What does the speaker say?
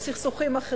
או סכסוכים אחרים.